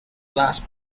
last